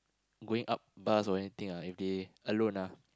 going up bus or anything if they alone